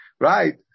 Right